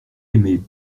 aimé